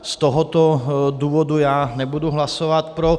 Z tohoto důvodu já nebudu hlasovat pro.